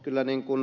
kyllä ed